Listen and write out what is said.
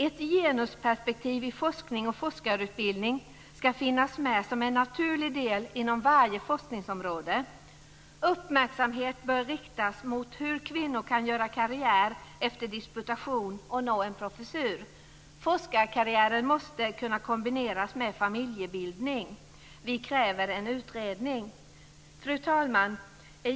Ett genusperspektiv i forskning och forskarutbildning ska finnas med som en naturlig del inom varje forskningsområde. Uppmärksamhet bör riktas på hur kvinnor kan göra karriär efter disputation och nå en professur. Forskarkarriären måste kunna kombineras med familjebildning. Vi kräver en utredning. Fru talman!